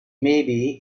maybe